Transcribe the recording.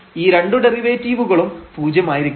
ഈ രണ്ടു ഡെറിവേറ്റീവുകളും പൂജ്യം ആയിരിക്കണം